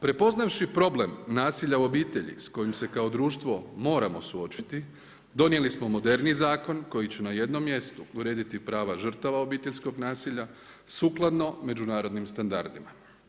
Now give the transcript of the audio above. Prepoznavši problem nasilja u obitelji s kojim se kao društvo moramo suočiti, donijeli smo moderniji zakon koji će na jednom mjestu vrijediti prava žrtava obiteljskog nasilja, sukladno međunarodnim standardima.